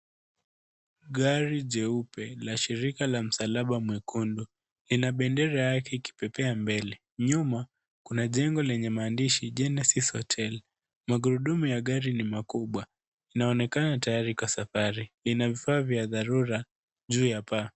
Gari jeupe, la shirika la msalaba mwekundu ina bendera yake ikipepea mbele. Nyuma kuna jengo lenye maandishi Genesis Hotel. Magurudumu ya gari ni makubwa inaonekana tayari kwa safari. Ina vifaa vya dharura juu ya paa.